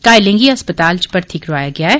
घायलें गी अस्पताल च भर्थी करोआया गेआ ऐ